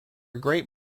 great